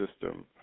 system